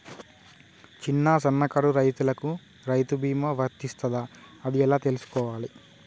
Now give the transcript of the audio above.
చిన్న సన్నకారు రైతులకు రైతు బీమా వర్తిస్తదా అది ఎలా తెలుసుకోవాలి?